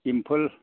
Imphal